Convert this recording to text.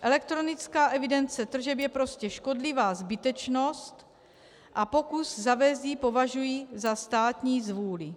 Elektronická evidence tržeb je prostě škodlivá zbytečnost a pokus zavést ji považuji za státní zvůli.